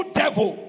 devil